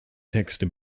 texte